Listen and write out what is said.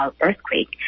Earthquake